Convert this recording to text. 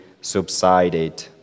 subsided